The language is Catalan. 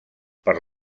per